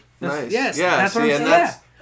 Yes